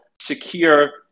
secure